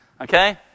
okay